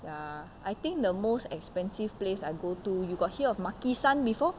ya I think the most expensive place I go to you got hear of makisan before